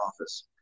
office